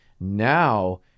now